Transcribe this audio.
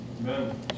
Amen